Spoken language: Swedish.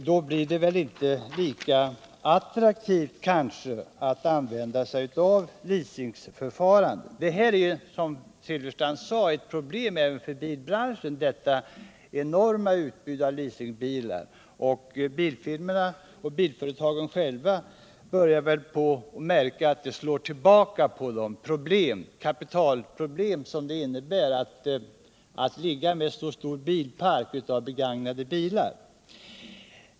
Då blir det kanske inte lika attraktivt att använda sig av leasingförfarandet. Det enorma utbudet av leasingbilar är, som herr Silfverstrand sade, ett problem även för bilbranschen. Bilfirmorna börjar märka att leasingförfarandet slår tillbaka på dem själva genom de kapitalproblem som uppstår när de tvingas ligga inne med så stora lager av begagnade bilar.